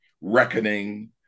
reckoning